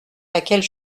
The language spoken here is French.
laquelle